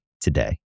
today